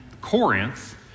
Corinth